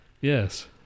Yes